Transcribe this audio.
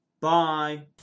Bye